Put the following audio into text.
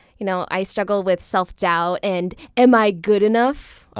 you know i struggle with self doubt and am i good enough?